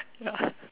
ya